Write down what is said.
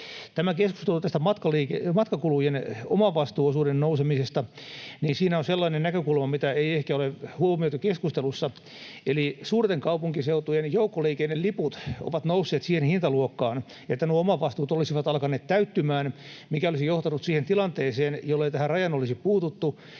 Tämä keskustelu matkakulujen omavastuuosuuden nousemisesta: Siinä on sellainen näkökulma, mitä ei ehkä ole huomioitu keskustelussa. Eli suurten kaupunkiseutujen joukkoliikenneliput ovat nousseet siihen hintaluokkaan, että nuo omavastuut olisivat alkaneet täyttymään, mikä olisi johtanut siihen tilanteeseen, jollei tähän rajaan olisi puututtu,